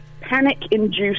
panic-induced